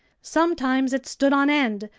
sometimes it stood on end,